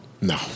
No